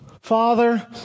Father